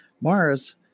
Mars